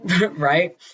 right